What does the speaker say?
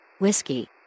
whiskey